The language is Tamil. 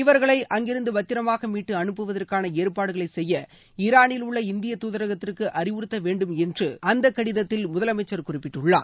இவர்களை அங்கிருந்து பத்திரமாக மீட்டு அனுப்புவதற்கான ஏற்பாடுகளை செய்ய ஈரானில் உள்ள இந்திய துதரகத்துக்கு அறிவுறுத்த வேண்டும் என்று அந்த கடிதத்தில் முதலமைச்சர் குறிப்பிட்டுள்ளார்